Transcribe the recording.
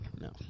No